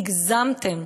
הגזמתם.